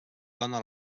dóna